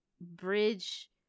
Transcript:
bridge